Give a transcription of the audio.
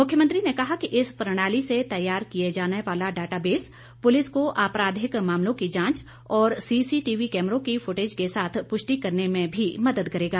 मुख्यमंत्री ने कहा कि इस प्रणाली से तैयार किया जाने वाला डाटाबेस पुलिस को आपराधिक मामलों की जांच और सीसीटीवी कैमरों की फुटेज के साथ पुष्टि करने में भी मदद करेगा